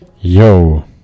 Yo